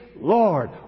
Lord